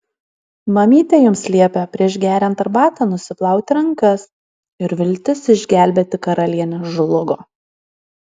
mamytė jums liepė prieš geriant arbatą nusiplauti rankas ir viltis išgelbėti karalienę žlugo